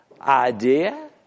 idea